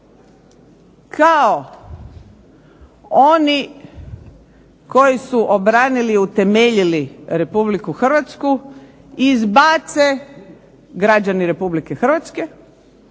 kao oni koji su obranili utemeljili republiku Hrvatsku izbace građani Republike Hrvatske